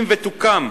אם תוקם,